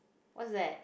what's that